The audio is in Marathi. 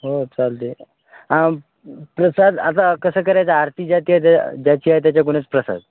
हो चालते प्रसाद आता कसं करायचं आरती जातीय त्या ज्याची आहे त्याच्याकडूनच प्रसाद